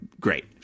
great